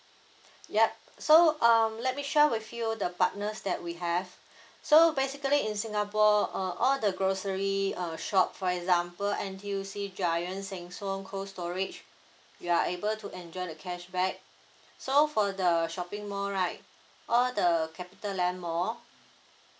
yup so um let me share with you the partners that we have so basically in singapore uh all the grocery uh shop for example N_T_U_C giant Sheng Siong Cold Storage you are able to enjoy the cashback so for the shopping mall right all the Capitaland mall